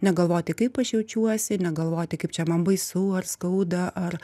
negalvoti kaip aš jaučiuosi negalvoti kaip čia man baisu ar skauda ar